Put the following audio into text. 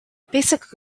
basic